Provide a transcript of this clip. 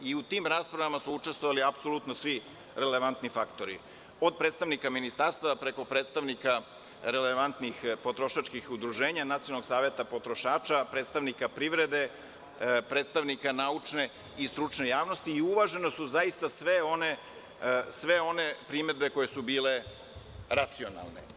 U tim raspravama su učestvovali apsolutno svi relevantni faktori, od predstavnika ministarstava, preko predstavnika relevantnih potrošačkih udruženja, Nacionalnog saveta potrošača, predstavnika privrede, predstavnika naučne i stručne javnosti i uvažene su zaista sve one primedbe koje su bile racionalne.